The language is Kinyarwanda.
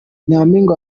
nyampinga